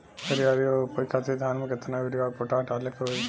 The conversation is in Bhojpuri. हरियाली और उपज खातिर धान में केतना यूरिया और पोटाश डाले के होई?